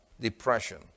depression